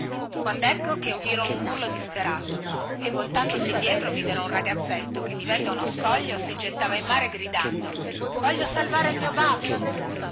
case quandecco che udirono un urlo disperato e voltandosi indietro videro un ragazzetto che di vetta a uno scoglio si gettava in mare gridando voglio salvare il mio babbo